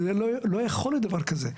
לא יכול להיות דבר כזה,